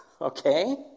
okay